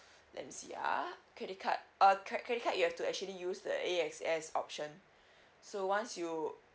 let me see ya credit card uh cr~ credit card you have to actually use the A X S option so once you